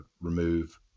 remove